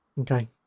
Okay